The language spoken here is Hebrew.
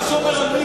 מי שומר על מי?